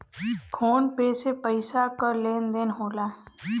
phone पे से पइसा क लेन देन होला